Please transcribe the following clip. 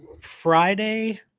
Friday